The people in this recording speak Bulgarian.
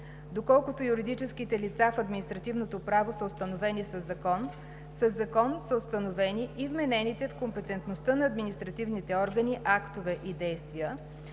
Доколкото юридическите лица в административното право са установени със закон, със закон са установени и вменените в компетентността на административните органи актове и действия,